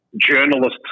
journalists